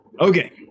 Okay